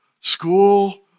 school